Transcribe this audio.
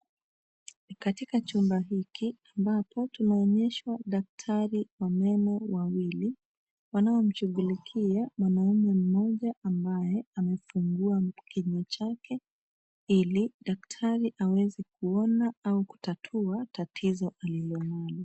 Katika chumba hiki ambapo tunaonyeshwa daktari wa meno wa ili wanao mshughulikia mwanamme ambaye amefungua kinywa chake ili daktari aweze kuona au kutatua tatizo alilo nalo.